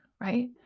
right